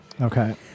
Okay